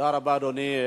תודה רבה, אדוני.